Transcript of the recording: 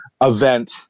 event